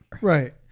Right